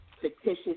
fictitious